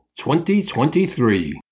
2023